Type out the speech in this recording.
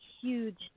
huge